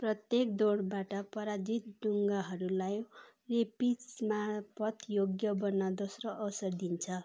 प्रत्येक दौडबाट पराजित डुङ्गाहरूलाई रेपिचेज मार्फत् योग्य बन्न दोस्रो अवसर दिइन्छ